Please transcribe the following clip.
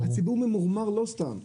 הציבור ממורמר לא סתם.